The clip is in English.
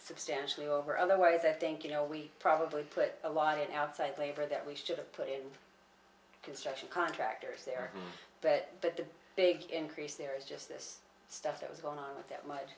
substantially over otherwise i think you know we probably put a line outside labor that we should have put in construction contractors there but the big increase there is just this stuff that was going on with that much